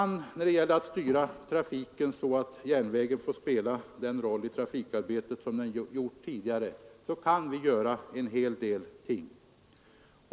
När det gäller att styra trafiken så att jä nvägen får spela den roll i trafikarbetet som den spelade tidigare kan vi göra en hel del ting.